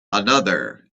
another